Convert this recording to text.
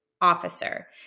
officer